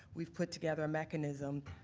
we've put together a mechanism,